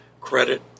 credit